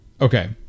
Okay